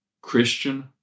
Christian